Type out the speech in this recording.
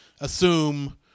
assume